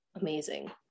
amazing